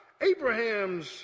Abraham's